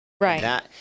Right